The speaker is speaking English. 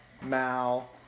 Mal